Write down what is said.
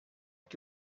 que